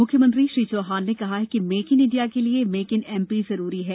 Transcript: म्ख्यमंत्री श्री चौहान ने कहा कि मेक इन इंडिया के लिए मेक इन एमपी जरूरी है